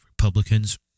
Republicans